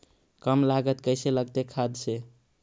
कम लागत कैसे लगतय खाद से?